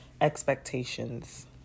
expectations